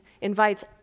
invites